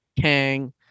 Kang